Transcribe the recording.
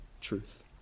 truth